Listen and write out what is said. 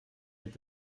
est